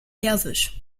persisch